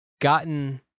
gotten